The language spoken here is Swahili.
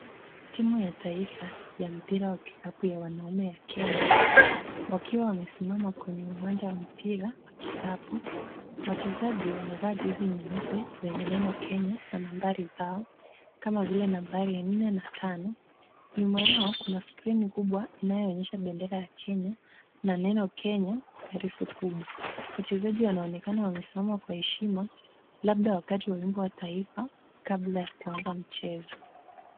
Timu ya kitaifa ya vikapu ya Kenya, wakiwa wamesimama kwenye uwanja wa vikapu. Wachezaji wamevaa jezi nyeupe yenye neno kenya na nambari zao kama vile nambari nne na tano. Nyuma yao kuna skrini inayoonyesha bendera ya kenya na neno Kenya kwa herufi kubwa. Wachezaji wanaonekana wamesimama kwa heshima, labda kwa wimbo wa taifa au kabla ya kuanza kwa mchezo.